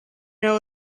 know